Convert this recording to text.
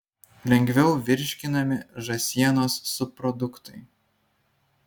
lengviau virškinami žąsienos subproduktai